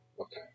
Okay